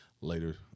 later